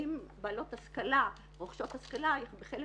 נשים בעלות השכלה, רוכשות השכלה, בחלק